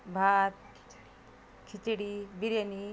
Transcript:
भात खिचडी बिर्याणी